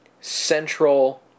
central